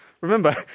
Remember